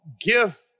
give